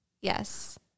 Yes